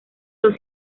los